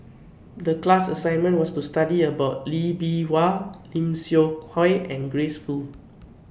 The class assignment was to study about Lee Bee Wah Lim Seok Hui and Grace Fu